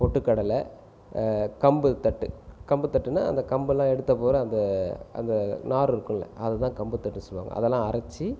பொட்டு கடலை கம்பு தட்டு கம்பு தட்டுனால் அந்த கம்பெல்லாம் எடுத்து அப்படி ஓரங்கட்டுவாங்க அந்த நார் இருக்கும்லே அதைத்தான் கம்புத்தட்டுனு சொல்லுவாங்க அதெல்லாம் அரைத்து